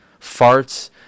Farts